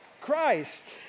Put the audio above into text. Christ